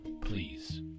Please